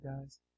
guys